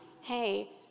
Hey